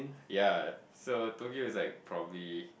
ya so Tokyo is like probably